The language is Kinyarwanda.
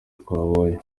twabonye